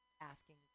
asking